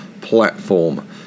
platform